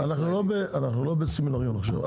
אנחנו לא בסמינריון עכשיו.